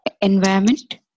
Environment